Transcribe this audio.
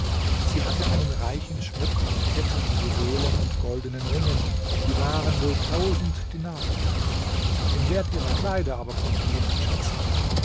sie hatte einen reichen schmuck an ketten juwelen und goldenen ringen die waren wohl tausend dinare wert den wert ihrer kleider aber konnte niemand schätzen